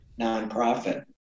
nonprofit